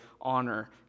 honor